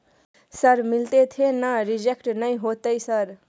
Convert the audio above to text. Sir मिलते थे ना रिजेक्ट नय होतय सर?